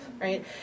right